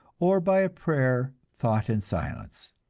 or by a prayer thought in silence.